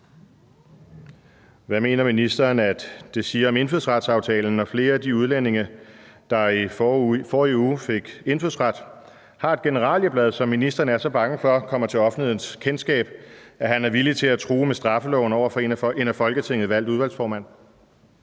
Hvad mener ministeren at det siger om indfødsretsaftalen, når flere af de udlændinge, der i forrige uge fik indfødsret, har et generalieblad, som ministeren er så bange for kommer til offentlighedens kendskab, at han er villig til at true med straffeloven over for en af Folketinget valgt udvalgsformand?